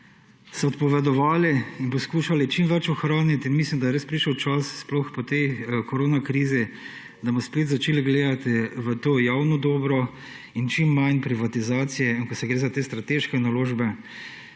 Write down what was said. se odpovedovali in poskušali čim več ohraniti. In mislim, da je res prišel čas, sploh po tej korona krizi, da bomo spet začeli gledati v to javno dobro in čim manj privatizacije, ko se gre za ta strateške naložbe.